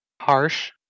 harsh